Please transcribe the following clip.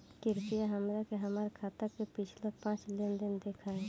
कृपया हमरा के हमार खाता के पिछला पांच लेनदेन देखाईं